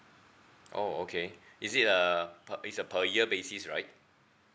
oh okay is it err pe~ is a per year basis right